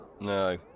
No